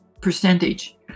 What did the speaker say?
percentage